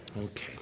Okay